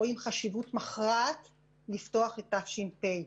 רואים חשיבות מכרעת לפתוח את ה-ש.פ.